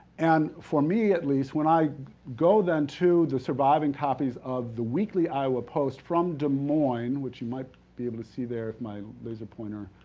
and for me, at least, when i go then to the surviving copies of the weekly iowa post from des moines, which you might be able to see there if my laser pointer